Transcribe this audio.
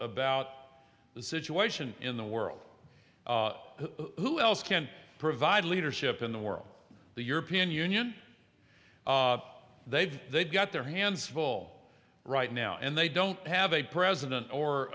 about the situation in the world who else can provide leadership in the world the european union they've they've got their hands of all right now and they don't have a president or